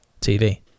TV